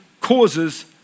causes